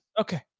Okay